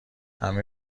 همه